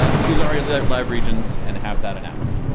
ah use aria live live regions, and have that announced.